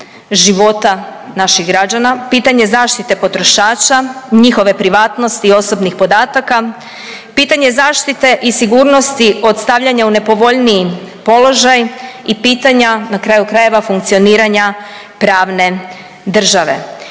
života naših građana, pitanje zaštite potrošača, njihove privatnosti, osobnih podataka, pitanje zaštite i sigurnosti od stavljanja u nepovoljniji položaj i pitanja, na kraju krajeva, funkcioniranja pravne države.